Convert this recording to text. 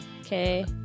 Okay